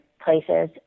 places